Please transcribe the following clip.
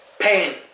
pain